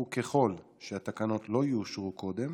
וככל שהתקנות לא יאושרו קודם